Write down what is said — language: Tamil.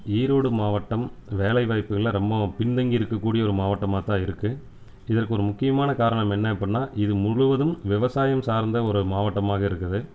ஈரோடு மாவட்டம் வேலை வாய்ப்புகளில் ரொம்பவும் பின்தங்கி இருக்கக்கூடிய ஒரு மாவட்டமாக தான் இருக்குது இதற்கு ஒரு முக்கியமான காரணம் என்ன அப்படின்னா இது முழுவதும் விவசாயம் சார்ந்த ஒரு மாவட்டமாக இருக்குது